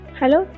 Hello